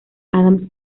adams